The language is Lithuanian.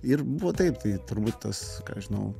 ir buvo taip tai turbūt tas ką aš žinau